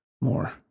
more